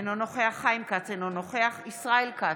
אינו נוכח חיים כץ, אינו נוכח ישראל כץ,